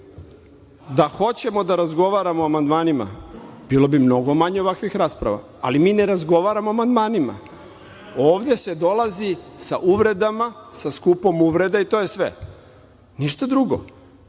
da hoćemo da razgovaramo o amandmanima bilo bi mnogo manje ovakvih rasprava, ali mi ne razgovaramo o amandmanima. Ovde se dolazi sa uvredama, sa skupom uvreda i to je sve. Ništa drugo.